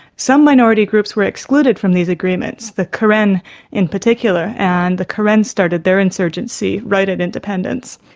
some minority groups were excluded from these agreements the karen in particular and the karen started their insurgency right at independence.